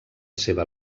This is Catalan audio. seva